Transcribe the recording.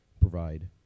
provide